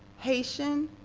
haitian,